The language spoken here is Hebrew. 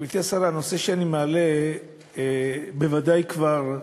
גברתי השרה, הנושא שאני מעלה בוודאי כבר,